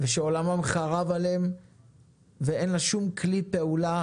עולמם חרב עליהם ואין לה שום כלי פעולה